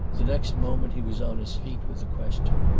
the next moment he was on his feet with a question.